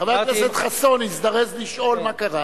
חבר הכנסת חסון הזדרז לשאול מה קרה.